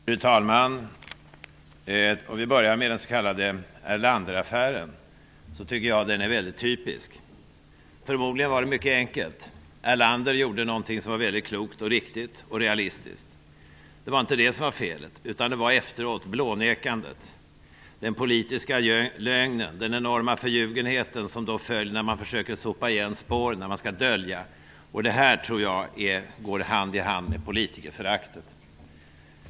Fru talman! Jag tycker att den s.k. Erlanderaffären är väldigt typisk. Förmodligen var det mycket enkelt. Erlander gjorde någonting som var väldigt klokt, riktigt och realistiskt. Det var inte felet utan blånekandet efteråt, den politiska lögnen och den enorma förljugenheten då man försökte sopa igen spåren och dölja det hela. Detta tror jag går hand i hand med politikerföraktet.